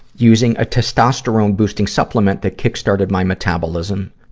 using a testosterone-boosting supplement that kick-started my metabolism.